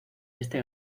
este